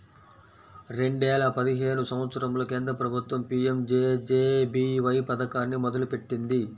రెండేల పదిహేను సంవత్సరంలో కేంద్ర ప్రభుత్వం పీయంజేజేబీవై పథకాన్ని మొదలుపెట్టింది